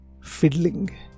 fiddling